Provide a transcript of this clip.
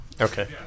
Okay